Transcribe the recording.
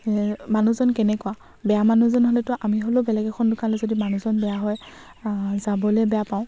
মানুহজন কেনেকুৱা বেয়া মানুহজন হ'লেতো আমি হ'লেও বেলেগ এখন দোকানলৈ যদি মানুহজন বেয়া হয় যাবলৈ বেয়া পাওঁ